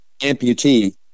amputee